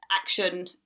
action